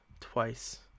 twice